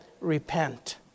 repent